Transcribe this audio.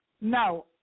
No